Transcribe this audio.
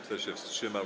Kto się wstrzymał?